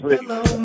Hello